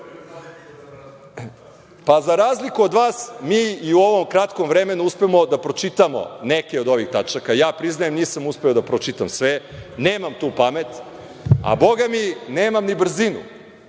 za razliku od vas, mi i u ovom kratkom vremenu uspemo da pročitamo neke od ovih tačaka. Ja priznajem, nisam uspeo da pročitam sve, nemam tu pamet, a Bogami nemam ni brzinu,